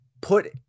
put